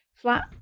flat